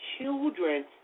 children